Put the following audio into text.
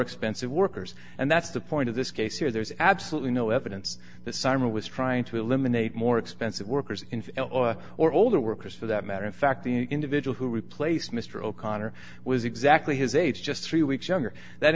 expensive workers and that's the point of this case here there's absolutely no evidence that simon was trying to eliminate more expensive workers or older workers for that matter in fact the individual who replaced mr o'connor was exactly his age just three weeks younger that